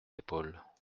épaules